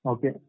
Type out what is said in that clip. Okay